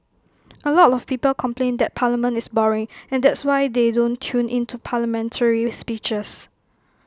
A lot of people complain that parliament is boring and that's why they don't tune in to hear parliamentary speeches